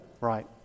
Right